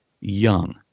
young